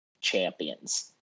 champions